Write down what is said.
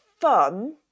fun